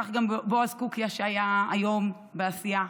וכך גם בועז קוקיא, שהיה היום בסיעה.